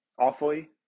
awfully